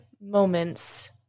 moments